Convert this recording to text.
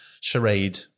Charade